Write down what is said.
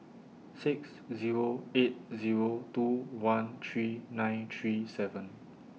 six Zero eight Zero two one three nine three seven